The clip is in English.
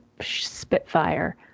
spitfire